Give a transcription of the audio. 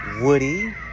Woody